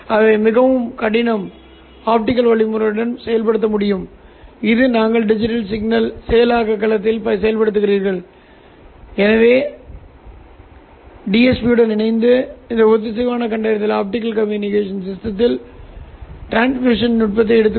இங்கே இதை Ix மற்றும் Qx என்று அழைப்போம் இதேபோல் நான் இங்கே ஒரு சீரான ஒளிமின்னழுத்தத்தைக் கொண்டிருப்பேன் Iyஐயைப் பிரித்தெடுக்க புகைப்பட நீரோட்டங்களின் y கூறுகளை பிரித்தெடுக்க